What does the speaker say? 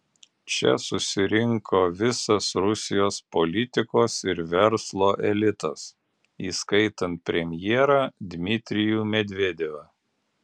čia susirinko visas rusijos politikos ir verslo elitas įskaitant premjerą dmitrijų medvedevą